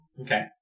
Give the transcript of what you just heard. Okay